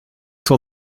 till